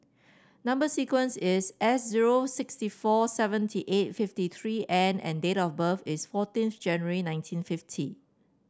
number sequence is S zero sixty four seventy eight fifty three N and date of birth is fourteenth January nineteen fifty